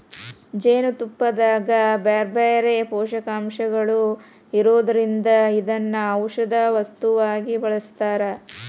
ಜೇನುತುಪ್ಪದಾಗ ಬ್ಯಾರ್ಬ್ಯಾರೇ ಪೋಷಕಾಂಶಗಳು ಇರೋದ್ರಿಂದ ಇದನ್ನ ಔಷದ ವಸ್ತುವಾಗಿ ಬಳಸ್ತಾರ